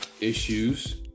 issues